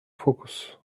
focus